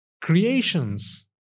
creations